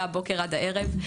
מהבוקר עד הערב.